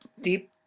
deep